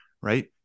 Right